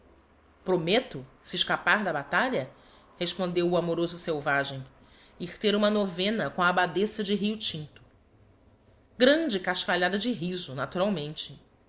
prometto se escapar da batalha respondeu o amoroso selvagem ir ter uma novena com a abbadessa de rio tinto grande cascalhada de riso naturalmente